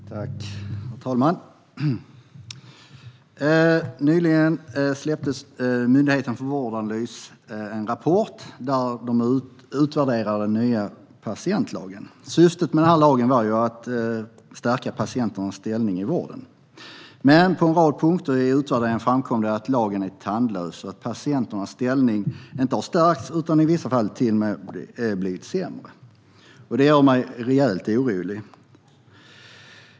Herr talman! Nyligen släppte Myndigheten för vård och omsorgsanalys en rapport där man har utvärderat den nya patientlagen. Syftet med lagen var att stärka patienternas ställning i vården. Men på en rad punkter i utvärderingen framkommer det att lagen är tandlös och att patienternas ställning inte har stärkts. I vissa fall har den till och med blivit sämre. Det gör mig rejält orolig.